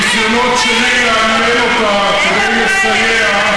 בניסיונות שלי לעניין אותה כדי לסייע,